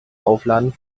aufladen